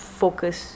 focus